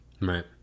right